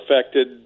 affected